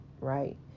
right